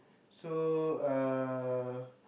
so uh